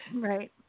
Right